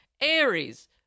Aries